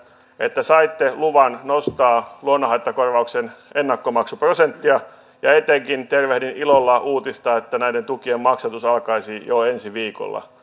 että saitte luvan nostaa luonnonhaittakorvauksen ennakkomaksuprosenttia ja etenkin tervehdin ilolla uutista että näiden tukien maksatus alkaisi jo ensi viikolla